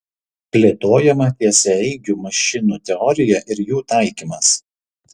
plėtojama tiesiaeigių mašinų teorija ir jų taikymas